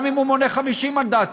גם אם הוא מונה 50 מנדטים.